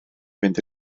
fynd